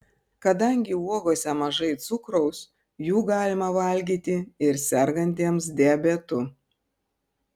kadangi uogose mažai cukraus jų galima valgyti ir sergantiems diabetu